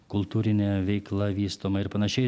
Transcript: kultūrinė veikla vystoma ir panašiai